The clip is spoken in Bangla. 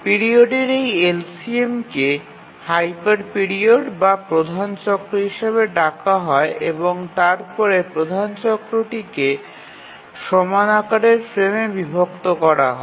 পিরিয়ডের এই এলসিএমকে হাইপার পিরিয়ড বা প্রধান চক্র হিসাবে ডাকা হয় এবং তারপরে প্রধান চক্রটিকে সমান আকারের ফ্রেমে বিভক্ত করা হয়